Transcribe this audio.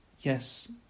Yes